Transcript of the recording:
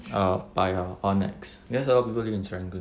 orh paya or nex cause a lot of people live in serangoon